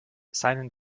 seinen